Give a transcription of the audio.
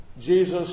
Jesus